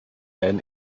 then